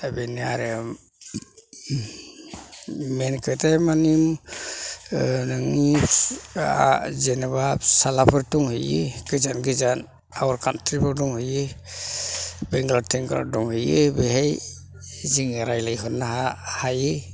दा बेनो आरो मेन खोथाया मानि नोंनिआ जेन'बा फिसालाफोर दंहैयो गोजान गोजान आउट खान्ट्रि फ्राव दंहैयो बेंगालर थेंगालर दंहैयो बेहाय जोङो रायलायहरनो हा हायो